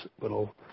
little